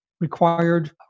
required